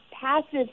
passive